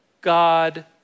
God